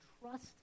trust